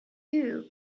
two